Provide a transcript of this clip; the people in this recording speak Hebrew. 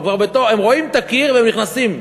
הם רואים את הקיר והם נכנסים.